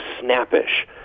snappish